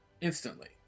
instantly